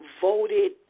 voted